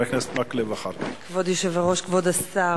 כבוד היושב-ראש, כבוד השר,